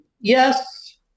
Yes